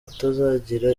utazagira